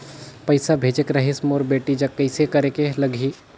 पइसा भेजेक रहिस मोर बेटी जग कइसे करेके लगही?